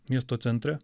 miesto centre